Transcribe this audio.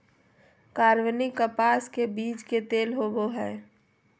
कार्बनिक कपास के बीज के तेल होबो हइ